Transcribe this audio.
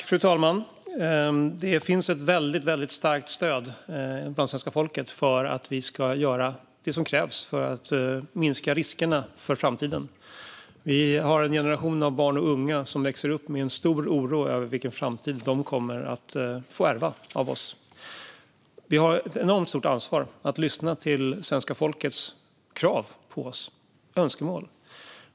Fru talman! Det finns ett väldigt starkt stöd hos svenska folket för att vi ska göra det som krävs för att minska riskerna inför framtiden. Vi har en generation av barn och unga som växer upp med en stor oro över vilken framtid de kommer att få ärva av oss. Vi har ett enormt stort ansvar att lyssna till svenska folkets krav på oss och deras önskemål.